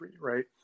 right